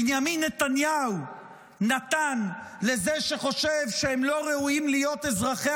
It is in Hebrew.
בנימין נתניהו נתן לזה שחושב שהם לא ראויים להיות אזרחי